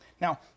Now